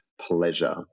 pleasure